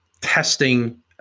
testing